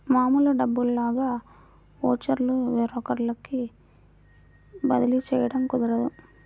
మామూలు డబ్బుల్లాగా ఓచర్లు వేరొకరికి బదిలీ చేయడం కుదరదు